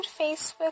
Facebook